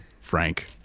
Frank